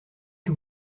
que